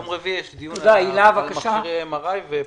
ביום רביעי יתקיים דיון על מכשירי ה-MRI וה-PET-CT.